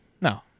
no